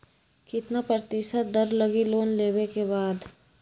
कितना प्रतिशत दर लगी लोन लेबे के बाद?